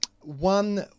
one